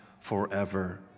forever